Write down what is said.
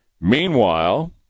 Meanwhile